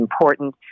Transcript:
important